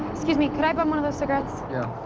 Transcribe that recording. excuse me. can i bum one of those cigarettes?